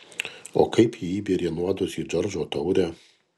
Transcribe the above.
o kaip ji įbėrė nuodus į džordžo taurę